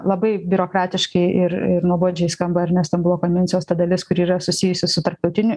labai biurokratiškai ir ir nuobodžiai skamba ar ne stambulo konvencijos ta dalis kuri yra susijusi su tarptautinių